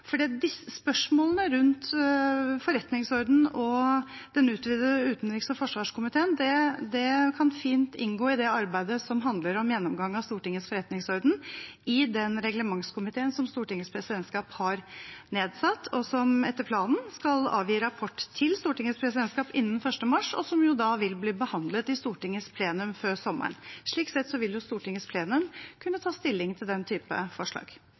spørsmålene rundt forretningsordenen og den utvidete utenriks- og forsvarskomité kan fint inngå i det arbeidet som handler om gjennomgang av Stortingets forretningsorden i den reglementskomiteen som Stortingets presidentskap har nedsatt. Den skal etter planen avgi rapport til Stortingets presidentskap innen 1. mars, og den vil da bli behandlet i Stortingets plenum før sommeren. Slik sett vil Stortingets plenum kunne ta stilling til den type forslag.